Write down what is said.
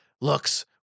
looks